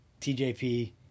tjp